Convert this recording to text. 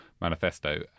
manifesto